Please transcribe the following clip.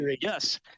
Yes